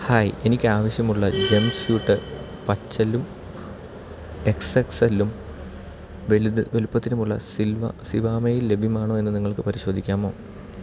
hi എനിക്ക് ആവശ്യമുള്ള jumpsuit പച്ചലും എക്സ് എക്സ് എല്ലും വലുത് വലുപ്പത്തിലുമുള്ള സിൽവർ സിവാമയിൽ ലഭ്യമാണോ എന്ന് നിങ്ങൾക്ക് പരിശോധിക്കാമോ